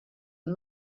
and